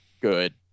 good